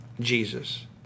Jesus